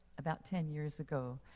about ten years ago,